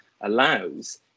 allows